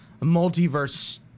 multiverse